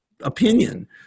opinion